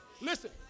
listen